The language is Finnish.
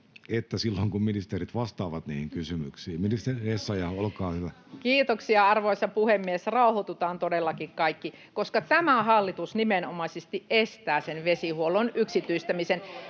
että silloin kun ministerit vastaavat niihin kysymyksiin. — Ministeri Essayah, olkaa hyvä. Kiitoksia, arvoisa puhemies! Rauhoitutaan todellakin kaikki, koska tämä hallitus nimenomaisesti estää sen vesihuollon yksityistämisen.